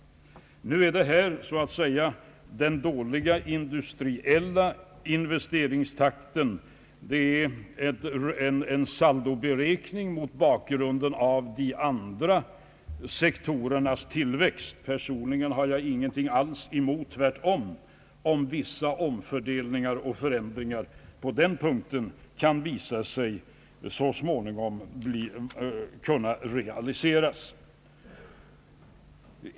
Nu är den här så att säga den dåliga industriella investeringstakten en saldoberäkning mot bakgrunden av de andra sektorernas tillväxt. Personligen har jag alls ingenting emot, tvärtom, om vissa omfördelningar och förändringar på den punkten så småningom kan visa sig kunna realiseras.